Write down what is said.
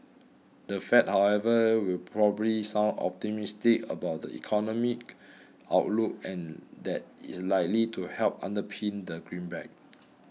the Fed however will probably sound optimistic about the economic outlook and that is likely to help underpin the greenback